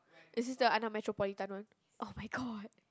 is this the under metropolitan one [oh]-my-god